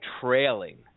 trailing